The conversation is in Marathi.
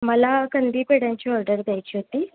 मला कंदी पेड्यांची ऑर्डर द्यायची होती